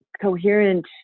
coherent